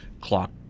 clock